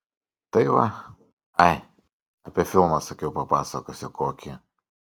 tai va ai apie filmą sakiau papasakosiu kokį